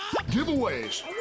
Giveaways